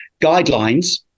guidelines